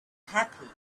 happy